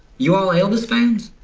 you all elvis fans?